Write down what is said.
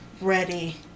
ready